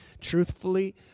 truthfully